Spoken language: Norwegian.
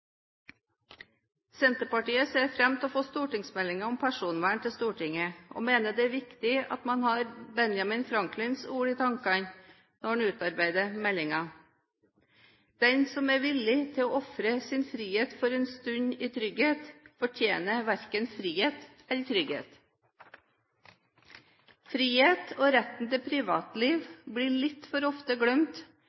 Senterpartiet ser fram til å få stortingsmeldingen om personvern til Stortinget, og mener det er viktig at man har Benjamin Franklins ord i tankene når man utarbeider meldingen: «Den som er villig til å ofre sin frihet for en stund i trygghet, fortjener verken frihet eller trygghet.» Frihet og retten til privatliv